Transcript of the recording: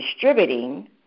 distributing